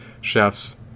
chefs